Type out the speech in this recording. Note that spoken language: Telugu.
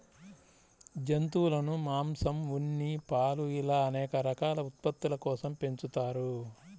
జంతువులను మాంసం, ఉన్ని, పాలు ఇలా అనేక రకాల ఉత్పత్తుల కోసం పెంచుతారు